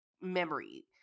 memory